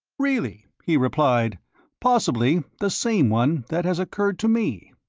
really! he replied possibly the same one that has occurred to me.